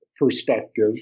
perspective